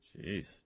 Jeez